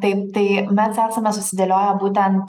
taip tai mes esame susidėlioję būtent